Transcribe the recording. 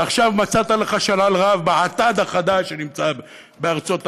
ועכשיו מצאת לך שלל רב באטד החדש שנמצא בארצות-הברית.